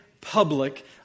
public